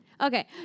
Okay